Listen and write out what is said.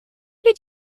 did